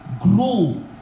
grow